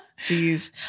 jeez